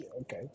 Okay